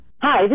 Hi